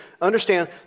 Understand